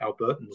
Albertans